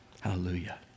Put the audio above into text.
hallelujah